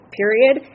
period